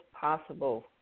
possible